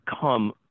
come